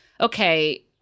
Okay